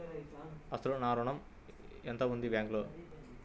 అసలు నా ఋణం ఎంతవుంది బ్యాంక్లో?